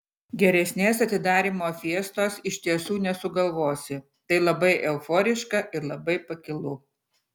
geresnės atidarymo fiestos iš tiesų nesugalvosi tai labai euforiška ir labai pakilu